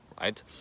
right